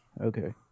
Okay